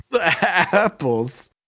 Apples